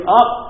up